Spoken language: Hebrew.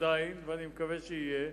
ואני מקווה שיהיה,